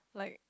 like